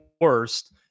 worst